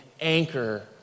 anchor